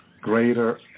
greater